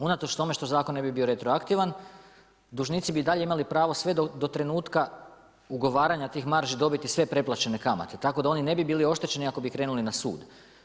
Unatoč tome što zakon ne bi bio retroaktivan, dužnici bi i dalje imali pravo sve do trenutka ugovaranja tih marži dobiti sve preplaćene kamate, tako da oni ne bi bili oštećeni ako bi krenuli na sud.